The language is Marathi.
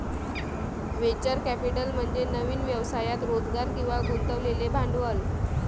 व्हेंचर कॅपिटल म्हणजे नवीन व्यवसायात रोजगार किंवा गुंतवलेले भांडवल